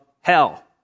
hell